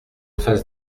face